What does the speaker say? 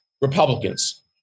Republicans